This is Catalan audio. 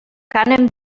cànem